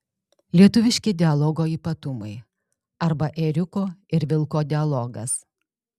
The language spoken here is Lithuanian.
lietuviški dialogo ypatumai arba ėriuko ir vilko dialogas